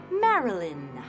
Marilyn